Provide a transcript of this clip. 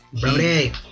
Brody